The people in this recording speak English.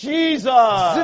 Jesus